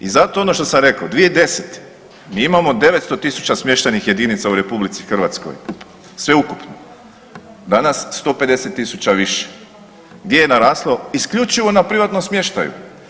I zato ono što sam rekao 2010. mi imamo 900 tisuća smještajnih jedinica u RH sveukupno, danas 150 tisuća više, gdje je naraslo isključivo na privatnom smještaju.